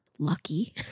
lucky